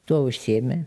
tuo užsiėmė